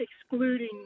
excluding